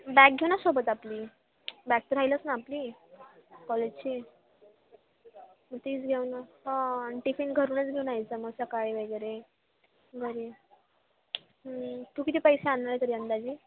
bag घेऊ ना सोबत आपली बॅग तर राहिलच ना आपली कॉलेजची मग तीच घेऊ ना हां आणि टिफिन घरूनच घेऊन यायचं मग सकाळी वगैरे घरी तू किती पैसे आणणार आहे तरी अंदाजे